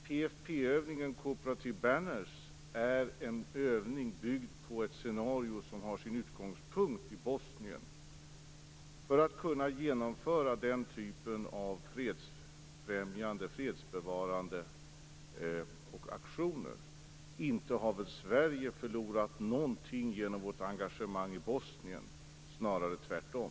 PFF övningen Cooperative Banners är en övning byggd på ett scenario som har sin utgångspunkt i Bosnien och är till för att vi skall kunna genomföra denna typ av fredsfrämjande och fredsbevarande aktioner. Inte har väl Sverige förlorat någonting genom vårt engagemang i Bosnien - snarare tvärtom!